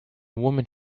woman